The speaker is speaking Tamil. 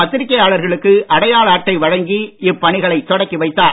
பத்திரிக்கையாளர்களுக்கு அடையாள அட்டை வழங்கி இப்பணிகளை தொடக்கி வைத்தார்